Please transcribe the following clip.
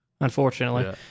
unfortunately